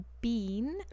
Bean